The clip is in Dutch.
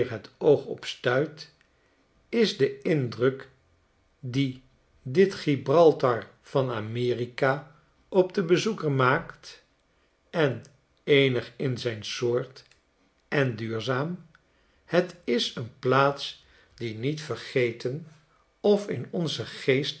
op stuit is de indruk dien dit gibraltar van amerika op den bezoeker maakt en eenig in zijn soort en duurzaam het is een plaats die niet vergeten of in onzen geest